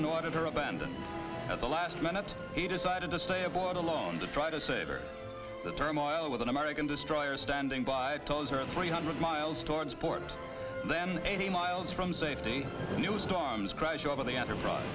an auditor abandoned at the last minute he decided to stay aboard alone to try to savor the turmoil with an american destroyer standing by tozer three hundred miles towards port then eighty miles from safety new storms crash over the enterprise